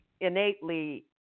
innately